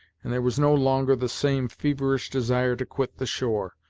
and there was no longer the same feverish desire to quit the shore,